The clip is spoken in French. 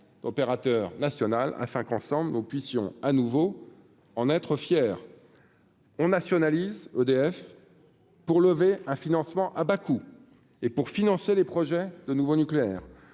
opérateur national afin qu'ensemble nous puissions à nouveau en être fier, on nationalise EDF pour lever un financement à bas Bakou et pour financer les projets de nouveau nucléaire